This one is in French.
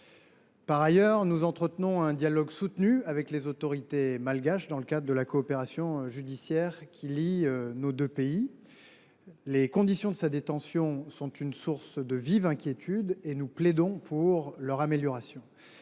Par ailleurs, nous entretenons un dialogue soutenu avec les autorités malgaches, dans le cadre de la coopération judiciaire qui lie nos deux pays. Les conditions de détention de Paul Maillot sont pour nous source de vives inquiétudes, et nous plaidons pour leur amélioration.